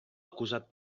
acusat